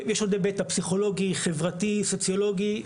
יש עוד היבט, הפסיכולוגי, חברתי, סוציולוגי.